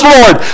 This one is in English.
Lord